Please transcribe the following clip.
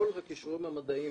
כל הכישורים המדעיים